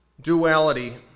duality